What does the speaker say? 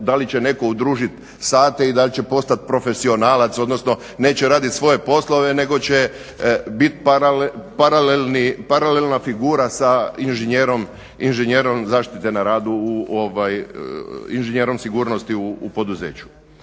da li će netko udružiti sate i da li će postati profesionalac, odnosno neće raditi svoje poslove nego će biti paralelna figura sa inženjerom zaštite na radu, inženjerom sigurnosti u poduzeću.